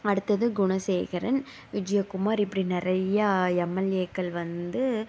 அடுத்தது குணசேகரன் விஜயகுமார் இப்படி நிறையா எம்எல்ஏக்கள் வந்து